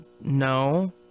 No